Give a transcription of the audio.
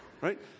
Right